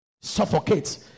Suffocates